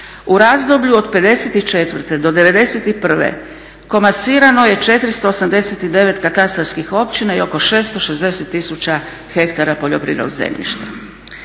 U razdoblju od '54. do '91. komasirano je 489 katastarskih općina i oko 660 tisuća hektara poljoprivrednog zemljišta.